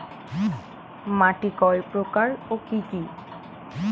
মাটি কয় প্রকার ও কি কি?